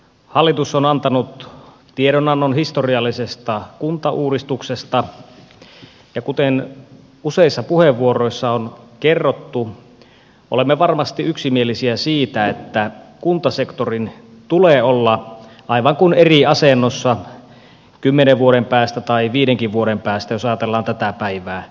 hallitus on antanut tiedonannon historiallisesta kuntauudistuksesta ja kuten useissa puheenvuoroissa on kerrottu olemme varmasti yksimielisiä siitä että kuntasektorin tulee olla aivan kuin eri asennossa kymmenen vuoden päästä tai viidenkin vuoden päästä jos ajatellaan tätä päivää